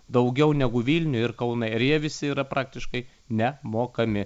daugiau negu vilniuj ir kaune ir jie visi yra praktiškai nemokami